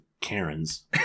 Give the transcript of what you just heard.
Karens